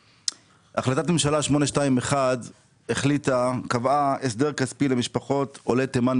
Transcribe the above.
החלטת ממשלה 821 קבעה הסדר כספי למשפחות עולי תימן,